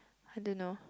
I don't know